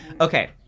okay